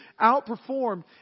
outperformed